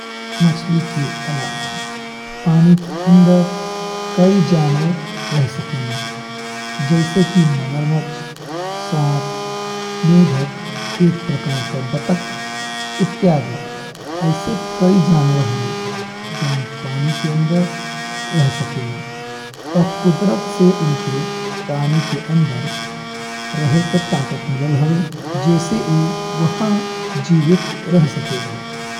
मछली के अलावा पानी के अंदर कई जानवर रह सकेला। जैसे कि मगरमच्छ, सांप, मेढक, एक प्रकार का बत्तख, इत्यादि ऐसे कई जानवर हवा जौन पानी के अंदर रह सकेला और कुदरत से उनके पानी के अंदर रहे का ताकत मिलल हवे जी से ऊ वहाँ जीवित रह सकेला।